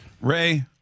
Ray